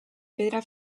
pedra